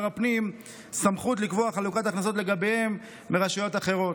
הפנים סמכות לקבוע חלוקת הכנסות לגביהן מרשויות אחרות,